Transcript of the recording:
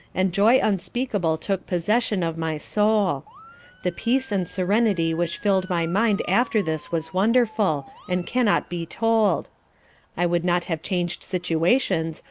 and joy unspeakable took possession of my soul the peace and serenity which filled my mind after this was wonderful, and cannot be told i would not have changed situations,